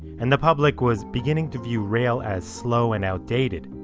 and the public was beginning to view rail as slow and outdated.